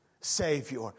savior